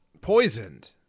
poisoned